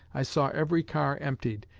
i saw every car emptied,